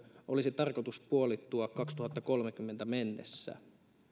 olisi tarkoitus puolittua kaksituhattakolmekymmentä mennessä